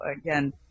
again